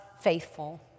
faithful